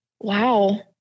Wow